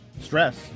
stress